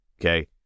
Okay